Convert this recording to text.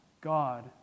God